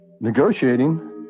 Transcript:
negotiating